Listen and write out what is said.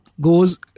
goes